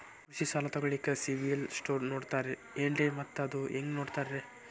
ಕೃಷಿ ಸಾಲ ತಗೋಳಿಕ್ಕೆ ಸಿಬಿಲ್ ಸ್ಕೋರ್ ನೋಡ್ತಾರೆ ಏನ್ರಿ ಮತ್ತ ಅದು ಹೆಂಗೆ ನೋಡ್ತಾರೇ?